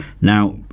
now